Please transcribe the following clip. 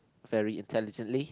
very intelligently